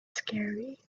scary